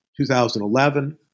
2011